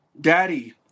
Daddy